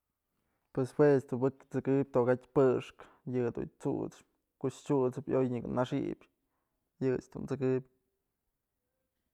Pues juech du bëk t'sëkëbyë tokatyë pëxkë yëdun t'suchpë ko'o chyut'sëp ayoy nyëka na xi'ip yëch dun t'sëkëp.